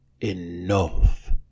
enough